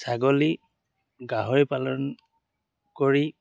ছাগলী গাহৰি পালন কৰি